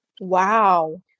Wow